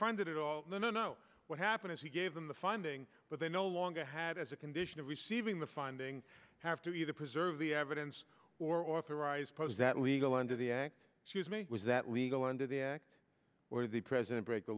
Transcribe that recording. funded at all no no no what happened is he gave them the finding but they no longer had as a condition of receiving the finding have to either preserve the evidence or authorize pose that legal under the act she was me was that legal under the act or the president break the